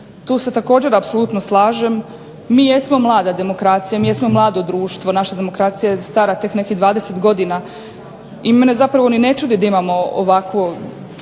Tu se također apsolutno slažem. Mi jesmo mlada demokracija, mi jesmo mlado društvo. Naša demokracija je stara tek nekih 20 godina i mene zapravo ni ne čudi da imamo ovakvo stanje